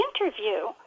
interview